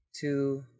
two